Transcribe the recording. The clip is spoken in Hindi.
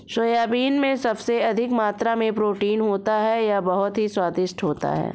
सोयाबीन में सबसे अधिक मात्रा में प्रोटीन होता है यह बहुत ही स्वादिष्ट होती हैं